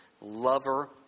lover